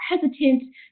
hesitant